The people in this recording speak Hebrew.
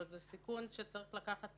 אבל זה סיכון שצריך לקחת,